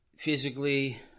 physically